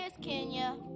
Kenya